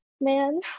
Man